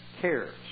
cares